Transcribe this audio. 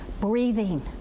breathing